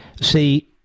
See